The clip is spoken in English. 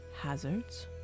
hazards